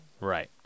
Right